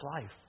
life